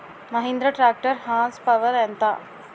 Mahindra tractor horse power ఎంత?